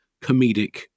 comedic